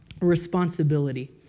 responsibility